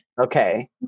Okay